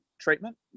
Treatment